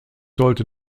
sollte